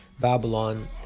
Babylon